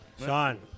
Sean